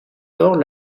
lors